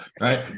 right